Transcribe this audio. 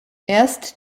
erst